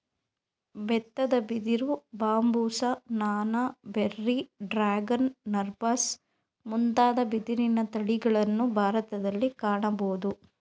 ಬೆತ್ತದ ಬಿದಿರು, ಬಾಂಬುಸ, ನಾನಾ, ಬೆರ್ರಿ, ಡ್ರ್ಯಾಗನ್, ನರ್ಬಾಸ್ ಮುಂತಾದ ಬಿದಿರಿನ ತಳಿಗಳನ್ನು ಭಾರತದಲ್ಲಿ ಕಾಣಬೋದು